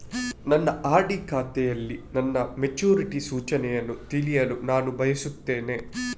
ನನ್ನ ಆರ್.ಡಿ ಖಾತೆಯಲ್ಲಿ ನನ್ನ ಮೆಚುರಿಟಿ ಸೂಚನೆಯನ್ನು ತಿಳಿಯಲು ನಾನು ಬಯಸ್ತೆನೆ